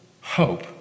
hope